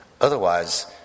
Otherwise